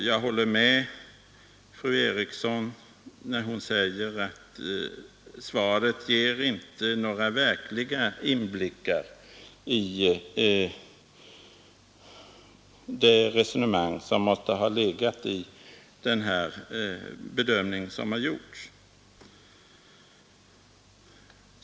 Jag håller med fru Eriksson i Stockholm när hon säger att svaret inte ger några verkliga inblickar i de resonemang som måste ha legat i den bedömning som har gjorts.